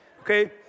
Okay